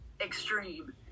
extreme